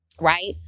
right